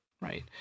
Right